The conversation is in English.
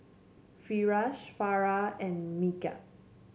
Firash Farah and Megat